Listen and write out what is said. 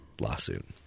lawsuit